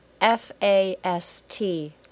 F-A-S-T